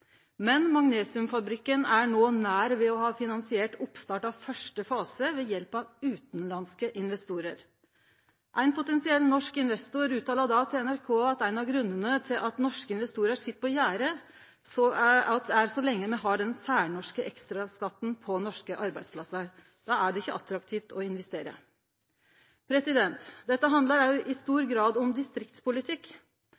men magnesiumfabrikken er no nær ved å ha finansiert oppstart av første fase ved hjelp av utanlandske investorar. Ein potensiell norsk investor uttala då til NRK at ein av grunnane til at norske investorar sit på gjerdet, er så lenge me har den særnorske ekstraskatten på norske arbeidsplassar, då er det ikkje attraktivt å investere. Dette handlar òg i